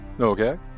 Okay